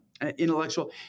intellectual